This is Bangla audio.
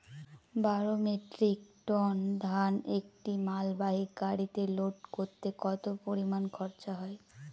বারো মেট্রিক টন ধান একটি মালবাহী গাড়িতে লোড করতে কতো পরিমাণ খরচা হয়?